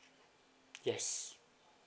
yes